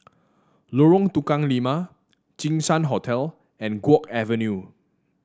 Lorong Tukang Lima Jinshan Hotel and Guok Avenue